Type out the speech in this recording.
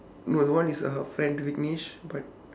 no one is her friend viknish but